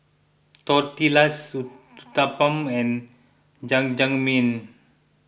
Tortillas Uthapam and Jajangmyeon